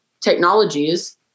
technologies